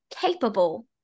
capable